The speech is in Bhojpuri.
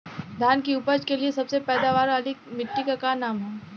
धान की उपज के लिए सबसे पैदावार वाली मिट्टी क का नाम ह?